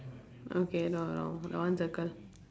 okay no no no that one circle